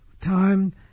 time